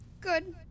Good